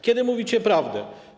Kiedy mówicie prawdę?